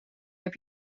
heb